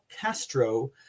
Castro